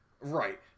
Right